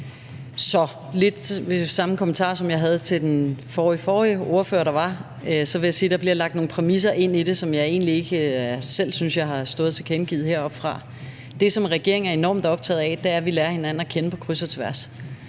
den samme kommentar, som jeg havde til en tidligere ordfører. Jeg vil sige, at der bliver lagt nogle præmisser ind i det, som jeg egentlig ikke selv synes jeg har stået heroppe og givet udtryk for. Det, som regeringen er enormt optaget af, er, at vi lærer hinanden at kende på kryds og tværs.